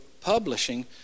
publishing